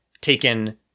taken